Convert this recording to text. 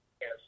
Yes